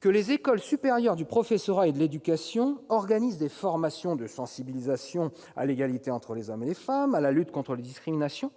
que « les écoles supérieures du professorat et de l'éducation [...] organisent des formations de sensibilisation à l'égalité entre les femmes et les hommes, à la lutte contre les discriminations,